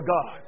God